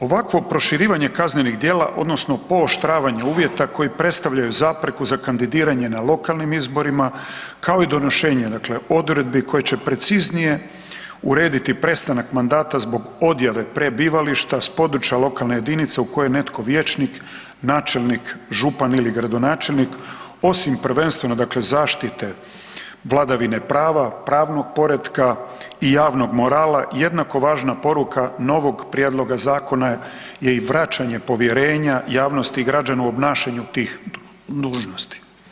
Ovakvo proširivanje kaznenih djela odnosno pooštravanje uvjeta koji predstavljaju zapreku za kandidiranje na lokalnim izborima kao i donošenje odredbi koje će preciznije urediti prestanak mandata zbog odjave prebivališta s područja lokalne jedinice u kojoj je netko vijećnik, načelnik, župan ili gradonačelnik osim prvenstveno zaštite vladavine prava, pravnog poretka i javnog morala jednako važna poruka novog prijedloga zakona je i vraćanje povjerenja javnosti i građana u obnašanju tih dužnosti.